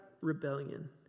rebellion